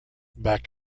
back